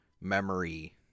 memory